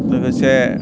लोगोसे